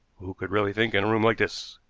who could really think in a room like this?